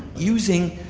using